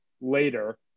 later